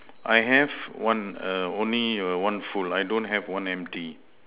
I have one err only err one full I don't have one empty